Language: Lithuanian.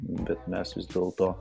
bet mes vis dėlto